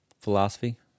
philosophy